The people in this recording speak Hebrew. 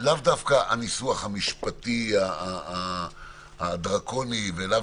לאו דווקא הניסוח המשפטי הדרקוני ולאו